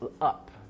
up